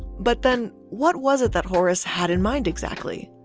but then what was it that horace had in mind exactly?